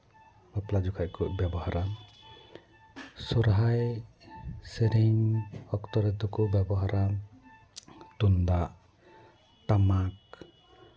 ᱵᱟᱯᱞᱟ ᱡᱚᱠᱷᱚᱡ ᱠᱚ ᱵᱮᱵᱚᱦᱟᱨᱟ ᱥᱚᱨᱦᱟᱭ ᱥᱮᱨᱮᱧ ᱚᱠᱛᱚ ᱨᱮᱫᱚ ᱵᱮᱵᱚᱦᱟᱨᱟ ᱛᱩᱢᱫᱟᱜ ᱴᱟᱢᱟᱠ